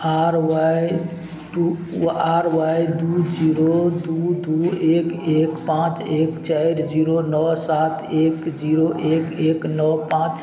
आर Y R Y दुइ zero दुइ दुइ एक एक पाँच एक चारि जीरो नओ सात एक जीरो एक एक नओ पाँच